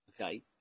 okay